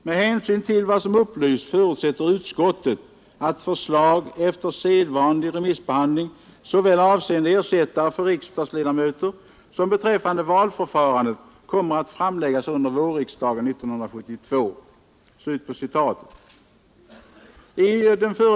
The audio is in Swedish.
Med hänsyn till vad som upplysts förutsätter utskottet ”att förslag — efter sedvanlig remissbehandling — såväl avseende ersättare för riksdagsledamöter som beträffande valförfarandet kommer att framläggas under vårriksdagen 1972 ———”.